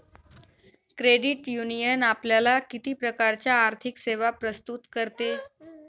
Credit union आपल्याला किती प्रकारच्या आर्थिक सेवा प्रस्तुत करते?